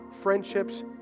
friendships